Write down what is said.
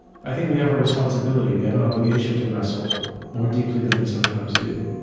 i think we have a responsibility. we have an obligation to wrestle more deeply than we sometimes do